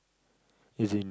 as in